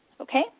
Okay